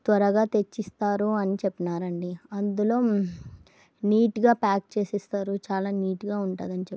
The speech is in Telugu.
త్వరగా తెచ్చిస్తారు అని చెప్పారండి అందులో నీట్గా ప్యాక్ చేసిస్తారు చాలా నీట్గా ఉంటుందని చెప్పారు